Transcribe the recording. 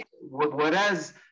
Whereas